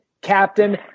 Captain